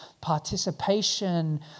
participation